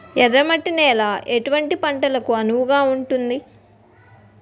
ఎర్ర మట్టి నేలలో ఎటువంటి పంటలకు అనువుగా ఉంటుంది?